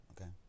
okay